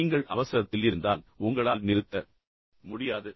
நீங்கள் அவசரத்தில் இருந்தால் உங்களால் நிறுத்த முடியாது